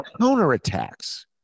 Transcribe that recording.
counterattacks